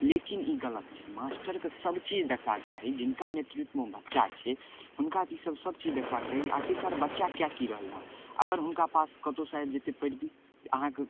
लेकिन ई गलत छै मास्टरके सबचीज देखबाके चाही जिनका नेतृत्वमे बच्चा छै हुनका तऽ ईसब सबचीज देखबाके चाही आखिरकार बच्चा कै कि रहल हँ अगर हुनका पास कतहुसँ आबि जेतै पैरवी जे अहाँके